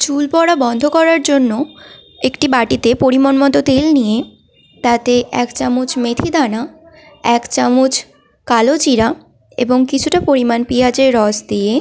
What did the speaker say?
চুল পড়া বন্ধ করার জন্য একটি বাটিতে পরিমাণ মতো তেল নিয়ে তাতে এক চামচ মেথি দানা এক চামচ কালো জিরা এবং কিছুটা পরিমাণ পিঁয়াজের রস দিয়ে